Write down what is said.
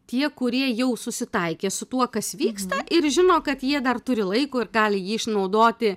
tie kurie jau susitaikė su tuo kas vyksta ir žino kad jie dar turi laiko ir gali jį išnaudoti